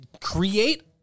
create